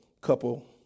couple